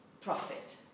profit